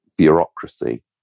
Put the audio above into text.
bureaucracy